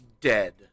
dead